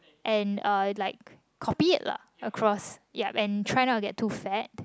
and uh like copied lah across yup and try not to get too fat